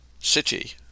city